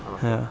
ya